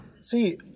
See